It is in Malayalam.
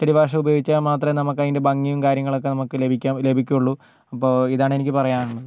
അച്ചടി ഭാഷ ഉപയോഗിച്ചാൽ മാത്രമെ നമുക്ക് അതിൻ്റെ ഭംഗിയും കാര്യങ്ങളൊക്കെ നമുക്ക് ലഭിക്കാൻ ലഭിക്കുകയുള്ളു അപ്പോൾ ഇതാണ് എനിക്ക് പറയാനുള്ളത്